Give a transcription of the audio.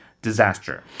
Disaster